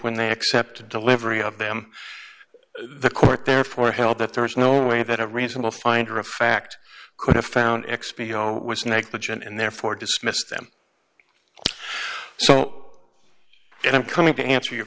when they accepted delivery of them the court therefore held that there was no way that a reasonable finder of fact could have found expe all was negligent and therefore dismissed them so i am coming to answer your